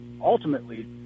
ultimately